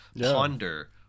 ponder